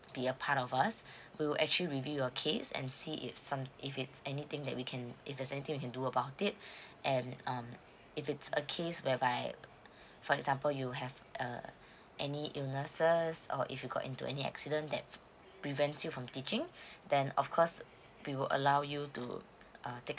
be a part of us we will actually review your case and see if some if it's anything that we can if there's anything you can do about it and um if it's a case whereby for example you have err any illnesses or if you got into any accident that prevents you from teaching then of course we will allow you to uh take